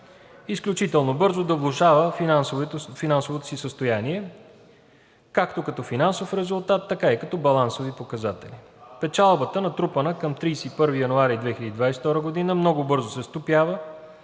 изключително бързо да влошава финансовото си състояние както като финансов резултат, така и като балансови показатели. Печалбата, натрупана към 31 януари 2022 г., много бързо се стопява,